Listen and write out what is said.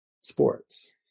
sports